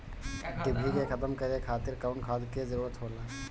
डिभी के खत्म करे खातीर कउन खाद के जरूरत होला?